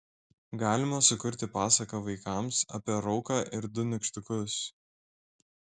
galima sukurti pasaką vaikams apie rauką ir du nykštukus